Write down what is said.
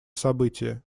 события